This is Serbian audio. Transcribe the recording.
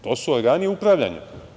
To su organi upravljanja.